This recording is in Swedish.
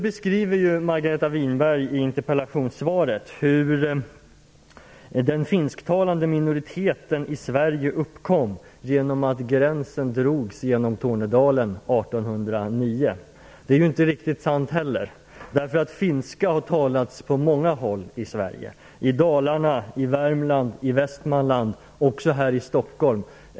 Margareta Winberg beskriver i interpellationssvaret hur den finsktalande minoriteten i Sverige uppkom genom att gränsen drogs genom Tornedalen 1809. Det är ju inte heller riktigt sant. Finska har talats på många håll i Sverige - i Dalarna, i Värmland, i Västmanland och också här i Stockholm.